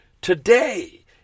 today